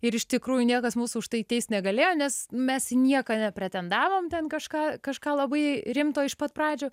ir iš tikrųjų niekas mūsų už tai teist negalėjo nes mes nieką nepretendavom ten kažką kažką labai rimto iš pat pradžių